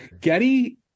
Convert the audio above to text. Getty